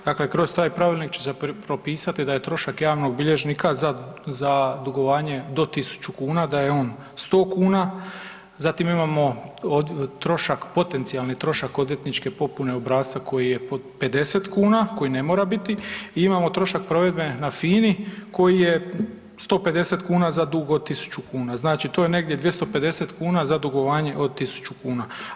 Dakle, kroz taj pravilnik će se propisati da je trošak javnog bilježnika za, za dugovanje do 1000 kuna, da je on 100 kuna, zatim imamo trošak, potencijalni trošak odvjetničke popune obrasca koji je 50 kuna, koji ne mora biti i imamo trošak provedbe na FINA-i koji je 150 kuna za dug od 1000 kuna, znači to je negdje 250 kuna za dugovanje od 1000 kuna.